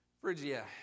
Phrygia